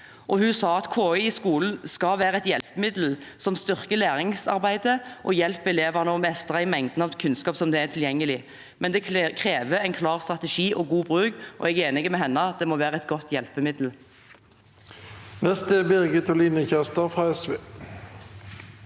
Hun sa at KI i skolen skal være et hjelpemiddel som styrker læringsarbeidet og hjelper elevene til å mestre i mengden av kunnskap som er tilgjengelig. Men det krever en klar strategi og god bruk, og jeg er enig med henne: Det må være et godt hjelpemiddel. Birgit Oline Kjerstad (SV)